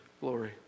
glory